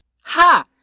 Ha